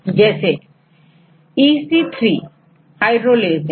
Student जैसेEC3 Hydrolase है